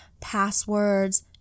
passwords